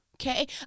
Okay